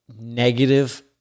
negative